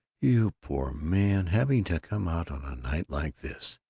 you poor man, having to come out on a night like this!